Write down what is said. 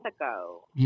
ago